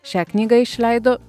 šią knygą išleido